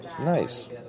Nice